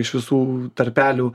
iš visų tarpelių